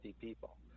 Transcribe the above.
people